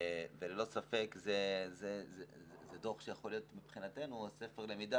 ללא ספק זה דוח שיכול להיות מבחינתנו עוד ספר למידה